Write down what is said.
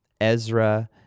Ezra